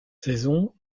saison